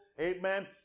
Amen